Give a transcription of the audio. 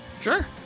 Sure